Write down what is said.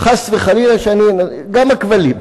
חס וחלילה שאני, גם הכבלים.